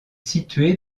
située